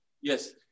Yes